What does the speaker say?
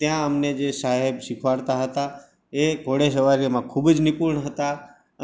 ત્યાં અમને જે સાહેબ શીખવાડતા હતા એ ઘોડેસવારીમાં ખૂબ જ નિપૂણ હતા